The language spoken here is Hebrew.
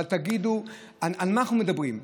אבל תגידו על מה אנחנו מדברים.